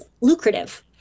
lucrative